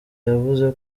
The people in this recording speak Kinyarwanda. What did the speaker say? yavuze